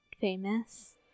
famous